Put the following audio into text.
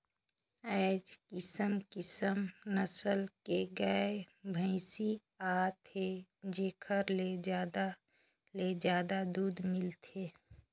आयज किसम किसम नसल के गाय, भइसी आत हे जेखर ले जादा ले जादा दूद मिलथे